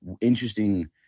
interesting